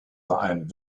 verein